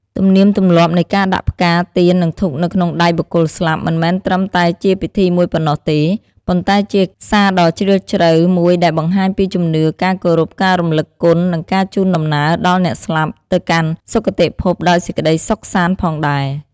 ទំនៀមទម្លាប់នៃការដាក់ផ្កា ទៀន និងធូបនៅក្នុងដៃបុគ្គលស្លាប់ មិនមែនត្រឹមតែជាពិធីមួយប៉ុណ្ណោះទេ ប៉ុន្តែជាសារដ៏ជ្រាលជ្រៅមួយដែលបង្ហាញពីជំនឿ ការគោរព ការរំលឹកគុណ និងការជូនដំណើរដល់អ្នកស្លាប់ ទៅកាន់សុគតិភពដោយសេចក្តីសុខសាន្តផងដែរ។